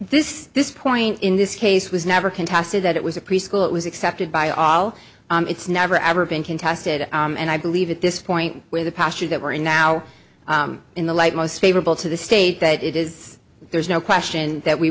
this this point in this case was never contested that it was a preschool it was accepted by all it's never ever been contested and i believe at this point where the passion that we're in now in the light most favorable to the state that it is there is no question that we